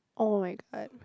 oh my god